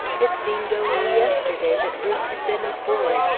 it seemed only yesterday that bruce had been a boy,